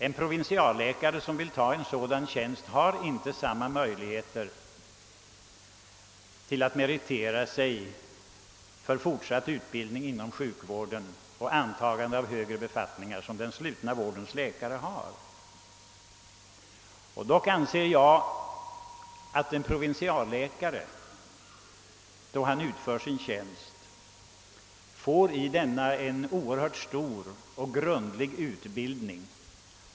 Den som vill ta en tjänst som provinsialläkare har inte samma möjligheter att meritera sig för fortsatt utbildning inom sjukvården och för högre befattningar där som den slutna vårdens läkare har. Jag anser dock att en provinsialläkare under utövandet av sin tjänst får en oerhört stor och grundlig utbildning.